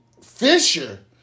Fisher